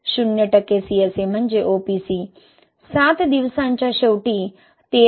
शून्य टक्के CSA म्हणजे OPC 7 दिवसांच्या शेवटी 13